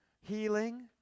healing